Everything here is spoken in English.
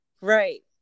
Right